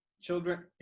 children